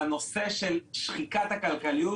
בנושא של שחיקת הכלכליות,